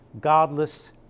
godless